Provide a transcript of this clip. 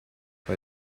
bei